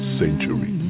century